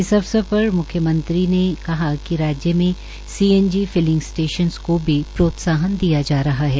इस अवसर पर म्ख्यमंत्री ने कहा कि राज्य में सीएनजी फिलिंग स्टेशन को प्रोत्साहन दिया जा रहा है